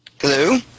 Hello